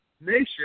Nation